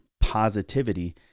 Positivity